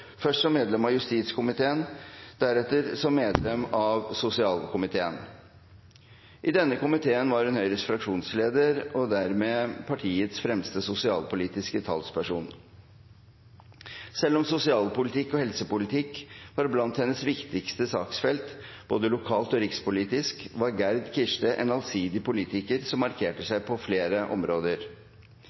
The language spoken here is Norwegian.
først som medlem av justiskomiteen, deretter som medlem av sosialkomiteen. I denne komiteen var hun Høyres fraksjonsleder og dermed partiets fremste sosialpolitiske talsperson. Selv om sosialpolitikk og helsepolitikk var blant hennes viktigste saksfelt, både lokalt og rikspolitisk, var Gerd Kirste en allsidig politiker som markerte seg på flere områder.